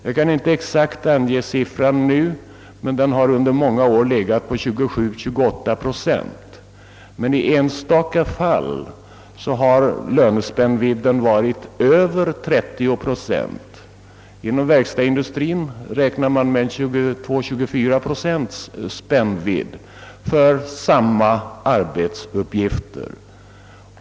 Jag kan inte exakt ange siffran nu, men den har under många år legat på 27—28 procent; i enstaka fall har lönespännvidden varit över 30 procent. Inom verkstadsindustrien räknar man med 22—24 procents spännvidd för samma arbetsuppgifter.